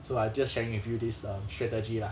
so I just sharing with you this um strategy lah